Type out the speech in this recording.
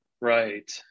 Right